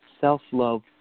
Self-love